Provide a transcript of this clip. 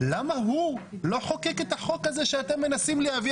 למה הוא לא חוקק את החוק את הזה שאתם מנסים להביא